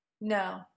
No